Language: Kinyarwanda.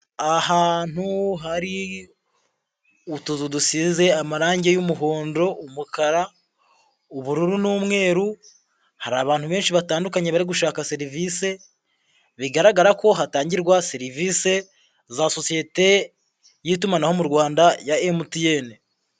Ahantu hari utuzu dusize amarange y'umuhondo, umukara, ubururu n'umweru, hari abantu benshi batandukanye bari gushaka serivisi, bigaragara ko hatangirwa serivisi za sosiyete y'itumanaho mu Rwanda ya MTN.